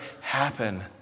happen